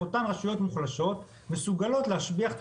אותן רשויות מוחלשות מסוגלות להשביח את